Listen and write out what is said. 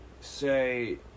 say